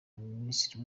minisitiri